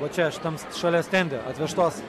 va čia šitam šalia stende atvežtos